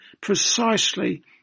precisely